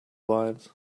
lives